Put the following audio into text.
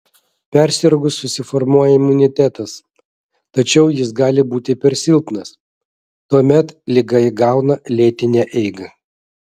persirgus susiformuoja imunitetas tačiau jis gali būti per silpnas tuomet liga įgauna lėtinę eigą